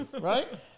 Right